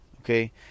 okay